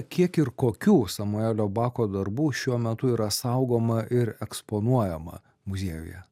kiek ir kokių samuelio bako darbų šiuo metu yra saugoma ir eksponuojama muziejuje